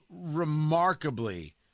remarkably